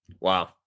Wow